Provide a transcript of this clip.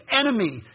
enemy